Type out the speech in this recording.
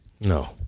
No